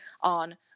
on